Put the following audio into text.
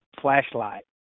flashlight